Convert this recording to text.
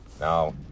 now